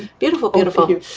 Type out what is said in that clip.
beautiful, beautiful.